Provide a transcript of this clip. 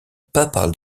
papal